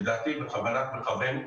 לדעתי זאת כוונת מכוון.